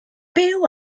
byw